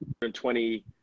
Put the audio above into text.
120